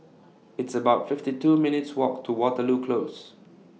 It's about fifty two minutes' Walk to Waterloo Close